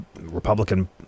Republican